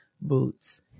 boots